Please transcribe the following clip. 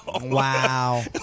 Wow